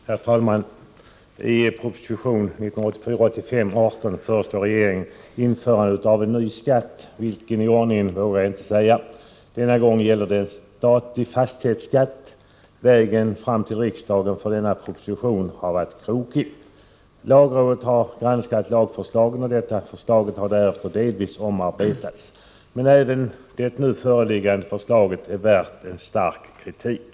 Herr talman! I proposition 1984/85:18 föreslår regeringen införandet av en ny skatt — för vilken gång i ordningen vågar jag inte säga. Denna gång gäller det en statlig fastighetsskatt. Vägen fram till riksdagen har varit krokig när det gäller denna proposition. Lagrådet har granskat lagförslagen, och detta förslag har därefter delvis omarbetats. Men även det nu föreliggande förslaget är värt stark kritik.